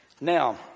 Now